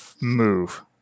move